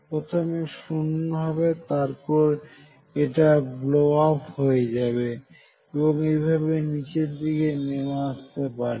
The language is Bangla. প্রথমে শূন্য হবে তারপর এটা ব্লো আপ হয়ে যাবে এবং এইভাবে নিচের দিকে নেমে আসতে পারে